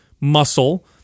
muscle